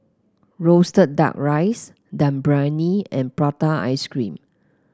roasted duck rice Dum Briyani and Prata Ice Cream